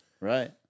right